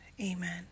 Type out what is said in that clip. Amen